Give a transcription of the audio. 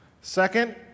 Second